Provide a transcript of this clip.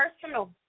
personal –